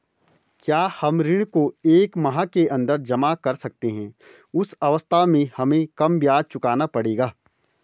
क्या हम ऋण को एक माह के अन्दर जमा कर सकते हैं उस अवस्था में हमें कम ब्याज चुकाना पड़ेगा?